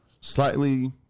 slightly